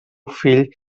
fill